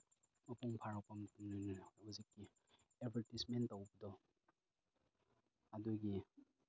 ꯃꯄꯨꯡ ꯐꯥꯔꯛꯄ ꯃꯇꯝꯅꯤꯅ ꯍꯧꯖꯤꯛꯇꯤ ꯑꯦꯚꯔꯇꯤꯁꯃꯦꯟ ꯇꯧꯕꯗꯣ ꯑꯗꯨꯒꯤ